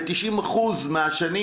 ב-90% מהשנים,